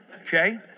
Okay